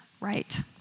right